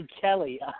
Kelly